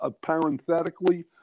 Parenthetically